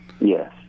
Yes